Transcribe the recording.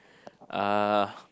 uh